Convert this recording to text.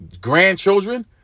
grandchildren